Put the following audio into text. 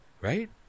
right